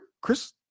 Chris